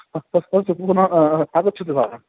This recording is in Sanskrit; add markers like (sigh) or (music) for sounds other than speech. (unintelligible) आगच्छतु भवान्